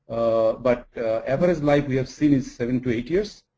but average life we have seen is seven to eight years.